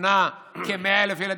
שמונה כ-100,000 ילדים,